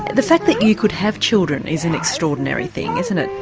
the fact that you could have children is an extraordinary thing, isn't it?